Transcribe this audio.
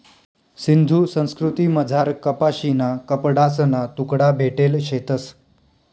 सिंधू संस्कृतीमझार कपाशीना कपडासना तुकडा भेटेल शेतंस